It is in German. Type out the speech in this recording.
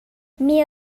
mir